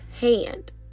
hand